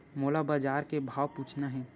मोला बजार के भाव पूछना हे?